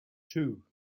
two